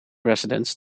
residents